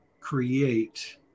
create